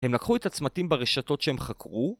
הם לקחו את הצמתים ברשתות שהם חקרו